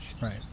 Right